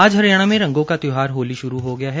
आज हरियाणा में रंगां का त्यौहार होली श्रू हो गया है